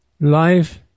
life